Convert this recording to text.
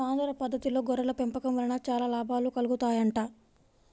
సాంద్ర పద్దతిలో గొర్రెల పెంపకం వలన చాలా లాభాలు కలుగుతాయంట